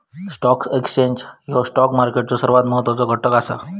stock exchange ह्यो stock मार्केटचो सर्वात महत्वाचो घटक असा